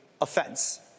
offense